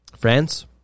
France